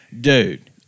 dude